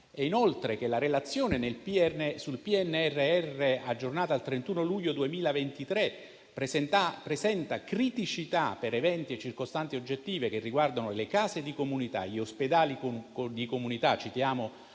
Inoltre, la relazione sul PNRR, aggiornata al 31 luglio 2023, presenta criticità per eventi e circostanze oggettive che riguardano le case di comunità e gli ospedali di comunità. Citiamo